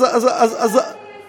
איזה פלסטין ההיסטורית?